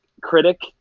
critic